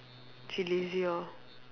she lazy lor